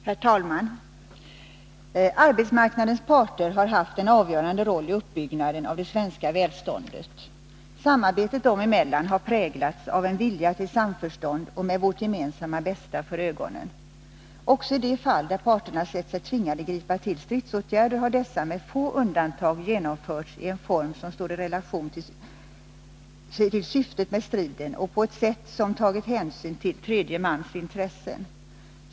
Herr talman! Arbetsmarknadens parter har haft en avgörande betydelse i uppbyggnaden av det svenska välståndet. Samarbetet dem emellan har präglats av en vilja till samförstånd och av att man haft vårt gemensamma bästa för ögonen. Också i de fall där parterna sett sig tvingade gripa till stridsåtgärder har dessa med få undantag genomförts i en form som stått i relation till syftet med striden och på ett sätt som tagit hänsyn till tredje mans intressen.